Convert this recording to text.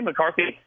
McCarthy –